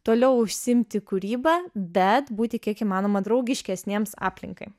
toliau užsiimti kūryba bet būti kiek įmanoma draugiškesniems aplinkai